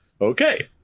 okay